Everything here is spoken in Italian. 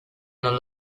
non